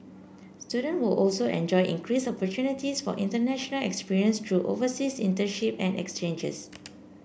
students will also enjoy increased opportunities for international experience through overseas internship and exchanges